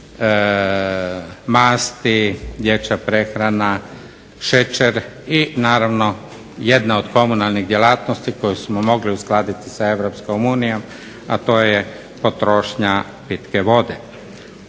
masti, dječja prehrana, šećer i naravno jedna od komunalnih djelatnosti koje smo mogli uskladiti sa EU a to je potrošnja pitke vode.